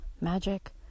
magic